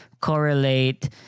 correlate